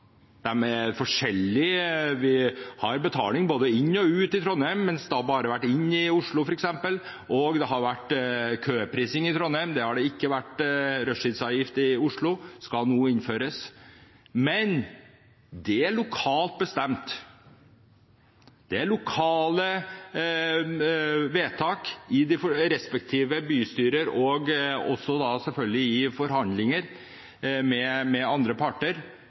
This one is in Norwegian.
ut i Trondheim, mens det bare har vært inn i Oslo f.eks. Det har vært køprising i Trondheim, det har ikke vært rushtidsavgift i Oslo. Det skal nå innføres. Men det er lokalt bestemt. Det er lokale vedtak i de respektive bystyrer og også selvfølgelig forhandlinger med andre parter,